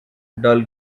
dull